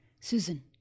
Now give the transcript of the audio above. Susan